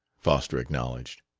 foster acknowledged.